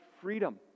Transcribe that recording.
freedom